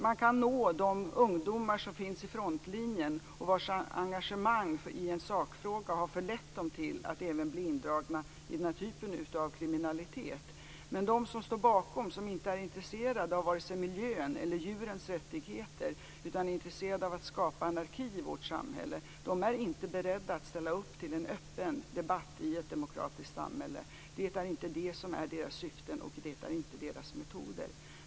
Man kan nå de ungdomar som finns i frontlinjen och vilkas engagemang i en sakfråga har förlett dem till att även bli indragna i den typen av kriminalitet, men de som står bakom och som inte är intresserade av vare sig miljön eller djurens rättigheter utan som är intresserade av att skapa anarki i vårt samhälle är inte beredda att ställa upp i en öppen debatt i ett demokratiskt samhälle. Det är inte deras syfte och deras metod.